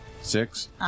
Six